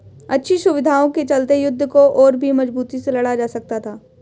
अच्छी सुविधाओं के चलते युद्ध को और भी मजबूती से लड़ा जा सकता था